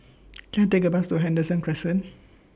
Can I Take A Bus to Henderson Crescent